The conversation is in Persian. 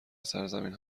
سرزمین